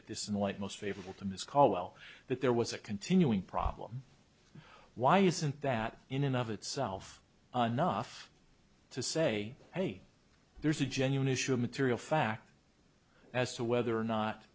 at this in the light most favorable to miss caldwell that there was a continuing problem why isn't that in and of itself anough to say hey there's a genuine issue of material fact as to whether or not